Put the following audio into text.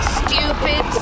stupid